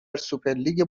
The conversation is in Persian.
سوپرلیگ